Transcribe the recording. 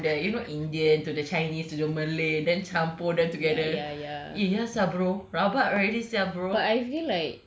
comedic like from there you know indian to the chinese to the malay then campur them together eh ya sia bro rabak already sia bro